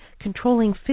controlling